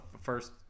first